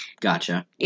Gotcha